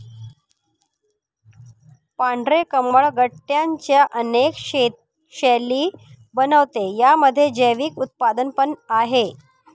पांढरे कमळ गट्ट्यांच्या अनेक शैली बनवते, यामध्ये जैविक उत्पादन पण आहे